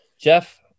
Jeff